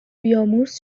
بیامرز